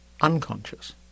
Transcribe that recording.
unconscious